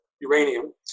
uranium